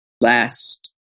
last